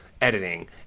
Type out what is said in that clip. editing